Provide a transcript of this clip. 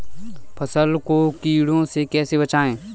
फसल को कीड़ों से कैसे बचाएँ?